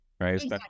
Right